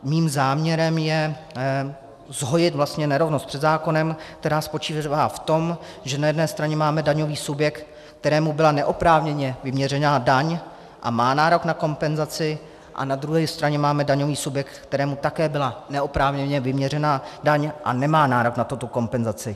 Mým záměrem je zhojit vlastně nerovnost před zákonem, která spočívala v tom, že na jedné straně máme daňový subjekt, kterému byla neoprávněně vyměřena daň a má nárok na kompenzaci, a na druhé straně máme daňový subjekt, kterému také byla neoprávněně vyměřena daň a nemá nárok na tuto kompenzaci.